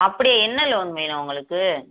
அப்படியா என்ன லோன் வேணும் உங்களுக்கு